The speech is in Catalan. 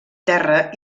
terra